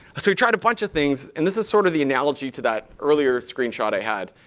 so we tried a bunch of things. and this is sort of the analogy to that earlier screenshot i had